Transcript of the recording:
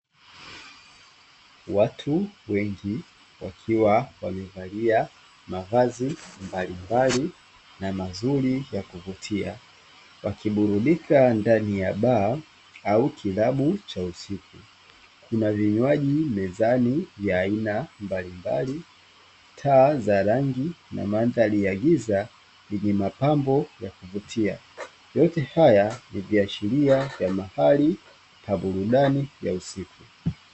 Watu wengi wakiwa wamevalia mavazi mbalimbali na mazuri yakuvutia wakiburudika ndani ya baa au kilabu cha usiku. Kuna vinywaji mezani vya aina mbalimbali, taa za rangi na mandhari ya giza yenye mapambo yakuvutia. Yote haya ni viashiria vya mahali pa burudani ya usiku.